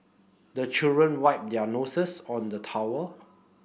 the children wipe their noses on the towel